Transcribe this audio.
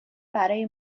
برای